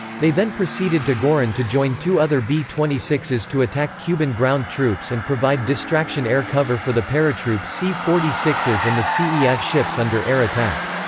they then proceeded to giron and to join two other b twenty six s to attack cuban ground troops and provide distraction air cover for the paratroop c forty six s and the cef ships under air attack.